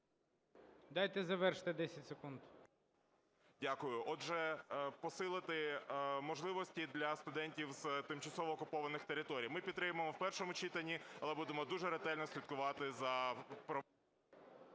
Дайте завершити, 10 секунд. ПАВЛЕНКО Р.М. Дякую. Отже, посилити можливості для студентів з тимчасово окупованих територій. Ми підтримуємо в першому читанні. Але будемо дуже ретельно слідкувати за …